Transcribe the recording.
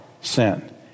sin